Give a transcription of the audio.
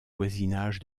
voisinage